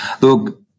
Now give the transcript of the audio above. Look